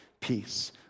peace